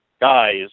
guys